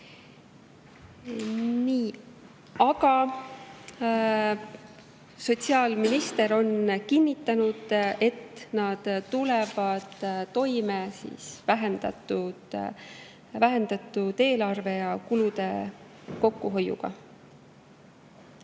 Aga sotsiaalminister on kinnitanud, et nad tulevad toime vähendatud eelarve ja kulude kokkuhoiuga.